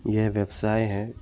ये व्यवसाय है